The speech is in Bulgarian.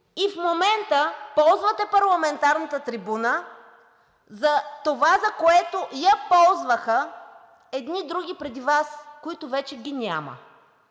…и в момента ползвате парламентарната трибуна за това, за което я ползваха едни други преди Вас, които вече ги няма